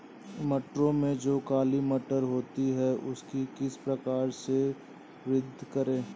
मटरों में जो काली मटर होती है उसकी किस प्रकार से वृद्धि करें?